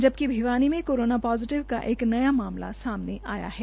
जबकि भिवानी में corona positive का एक नया मामला सामने आया है